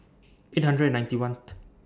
eight hundred and ninety one